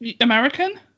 American